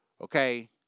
okay